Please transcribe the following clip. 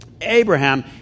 Abraham